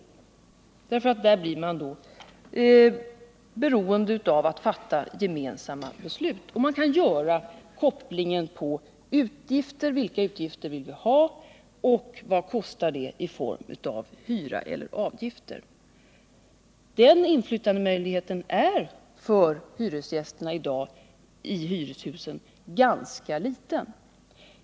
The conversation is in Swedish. I bostadsrättsföreningen blir man beroende av att fatta gemensamma beslut, och man kan göra kopplingen mellan vilka utgifter man vill ha och vad det kostar i form av hyra eller avgifter. Den inflytandemöjligheten är för hyresgästerna i hyreshusen i dag ganska liten.